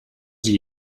sie